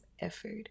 effort